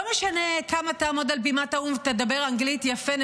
לא משנה כמה תעמוד על בימת האו"ם ותדבר אנגלית יפה,